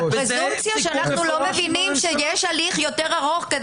הפרטנזיה שאנחנו לא מבינים שיש הליך יותר ארוך,